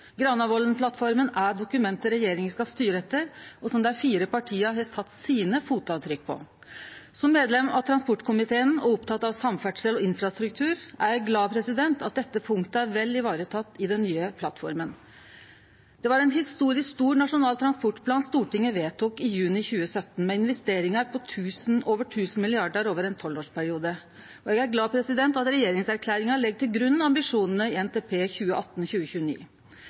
Granavolden-plattforma er dokumentet regjeringa skal styre etter, og som dei fire partia har sett sine fotavtrykk på. Som medlem av transportkomiteen og oppteken av samferdsel og infrastruktur er eg glad for at dette punktet er vel teke vare på i den nye plattforma. Det var ein historisk stor nasjonal transportplan Stortinget vedtok i juni 2017, med investeringar på over 1 000 mrd. kr over ein tolvårsperiode, og eg er glad for at regjeringserklæringa legg til grunn ambisjonane i NTP